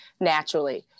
naturally